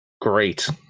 Great